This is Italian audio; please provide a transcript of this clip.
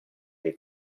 dei